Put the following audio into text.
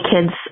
kids